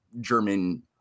German